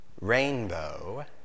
rainbow